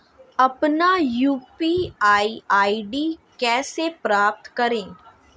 अपना UPI ID कैसे प्राप्त करें?